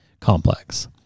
complex